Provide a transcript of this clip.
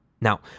Now